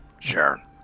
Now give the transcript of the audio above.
Sure